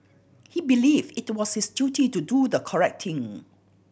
he believed it was his duty to do the correct thing